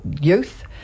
youth